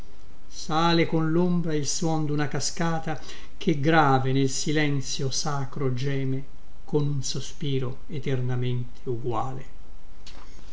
sale sale con lombra il suon duna cascata che grave nel silenzio sacro geme con un sospiro eternamente uguale